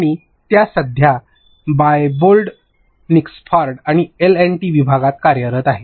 आणि त्या सध्या डायबोल्ड निक्सडॉर्फ आणि एल आणि डी विभागात कार्यरत आहे